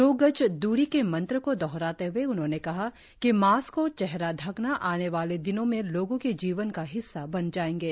दो गज दूरी के मंत्र को दोहराते हए उन्होंने कहा कि मास्क और चेहरा ढकना आने वाले दिनों में लोगों के जीवन का हिस्सा बन जाएंगे